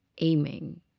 aiming